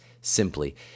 simply